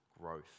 growth